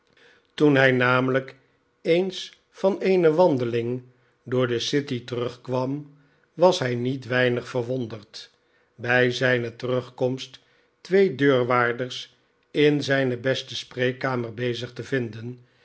toen hij namelijk eens van eene wandeling door de city terugkwam was hij niet weinig verwonderd bij zijne terugkomst twee deurwaarders in zijne beste spreekkamer bezig te vinden